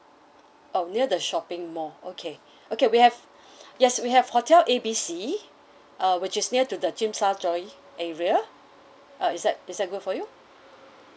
oh near the shopping mall okay okay we have yes we have hotel A B C uh which is near to the tsim sha tsui area uh is that is that good for you